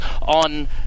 on